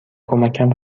کمکم